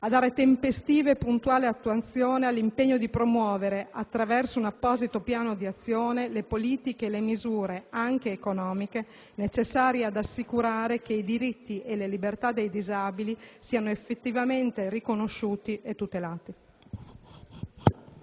a dare tempestiva e puntuale attuazione all'impegno di promuovere, attraverso un apposito piano di azione, le politiche e le misure - anche economiche -necessarie ad assicurare che i diritti e le libertà dei disabili siano effettivamente riconosciuti e tutelati.